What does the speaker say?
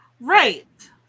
Right